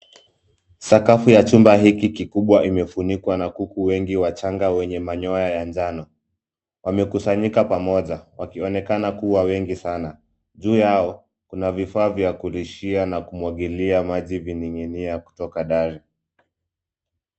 Sakafu ya chumba hiki kikubwa imefunikwa na kuku wengi wachanga wenye manyoya ya njano. Wamekusanyika pamoja wakionekana kuwa wengi sana. Juu yao, kuna vifaa vya kulishia na kumwagilia maji vining'inia kutoka dari.